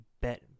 bet